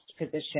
position